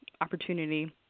opportunity